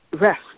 rest